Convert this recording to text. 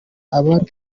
abari